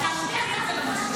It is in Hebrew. זה לחלוטין לא מה שהיא אמרה.